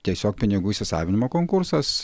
tiesiog pinigų įsisavinimo konkursas